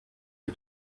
you